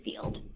field